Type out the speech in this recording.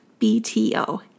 BTO